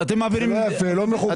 זה לא מכובד.